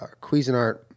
Cuisinart